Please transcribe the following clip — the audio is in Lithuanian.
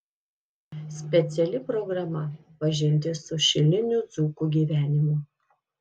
speciali programa pažintis su šilinių dzūkų gyvenimu